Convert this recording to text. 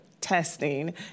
testing